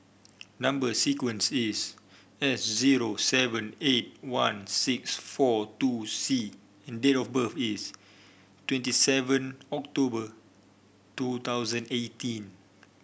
number sequence is S zero seven eight one six four two C and date of birth is twenty seven October two thousand eighteen